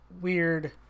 Weird